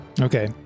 okay